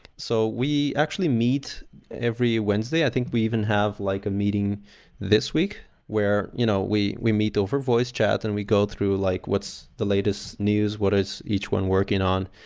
so we actually meet every wednesday. i think we even have like a meeting this week where you know we we meet over voice chat and we go through like what's the latest news, what is each one working on,